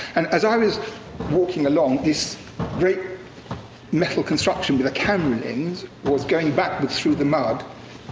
and as i was walking along this great metal construction with a camera lens, was going backwards through the mud,